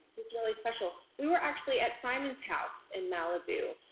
it's really special. we were actually at simon's house in malibu.